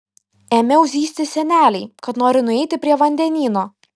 ėmiau zyzti senelei kad noriu nueiti prie vandenyno